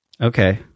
Okay